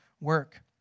work